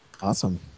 Awesome